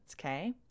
okay